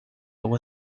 algo